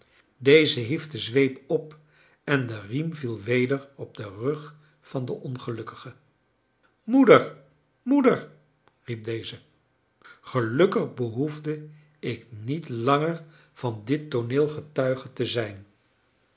deze hief de zweep op en de riem viel weder op den rug van den ongelukkige moeder moeder riep deze gelukkig behoefde ik niet langer van dit tooneel getuige te zijn